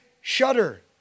shudder